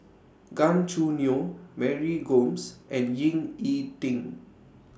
Gan Choo Neo Mary Gomes and Ying E Ding